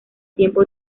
tiempo